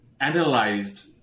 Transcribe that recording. analyzed